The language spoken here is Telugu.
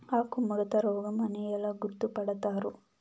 ఆకుముడత రోగం అని ఎలా గుర్తుపడతారు?